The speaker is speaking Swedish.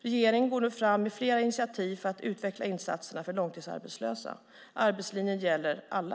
Regeringen går nu fram med flera initiativ för att utveckla insatserna för långtidsarbetslösa. Arbetslinjen gäller alla.